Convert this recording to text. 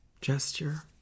gesture